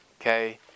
okay